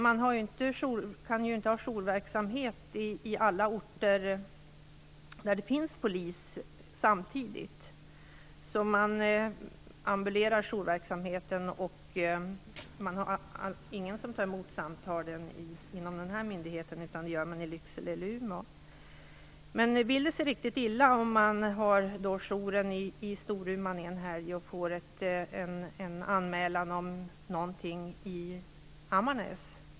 Man kan ju inte ha jourverksamhet i alla orter samtidigt där det finns polismyndigheter. Jourverksamheten är ambulerande och det är ingen inom denna myndigheten som tar emot telefonsamtal, utan det gör man i Lycksele eller Umeå. Men vill det sig riktigt illa kan man ha jour i Storuman under en helg och få en anmälan om t.ex. ett misshandelsfall i Ammarnäs.